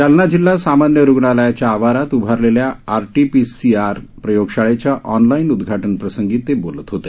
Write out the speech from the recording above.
जालना जिल्हा सामान्य रुग्णालयाच्या आवारात उभारलेल्या आरटीपीटीसीआर प्रयोगशाळेच्या ऑनलाईन उदधाटन प्रसंगी ते बोलत होते